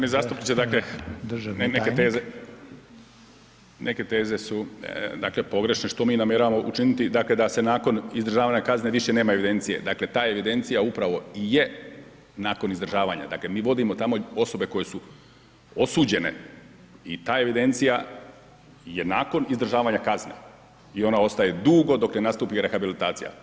Pa uvaženi zastupniče, dakle, neke teze su pogrešne što mi namjeravamo učiniti dakle da se nakon izdržavanje kazne više nema evidencije, dakle evidencija upravo je nakon izdržavanja, dakle mi vodimo tamo osobe koje su osuđene i ta evidencija je nakon izdržavanja kazne i ona ostaje dugo dok ne nastupi rehabilitacija.